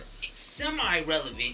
semi-relevant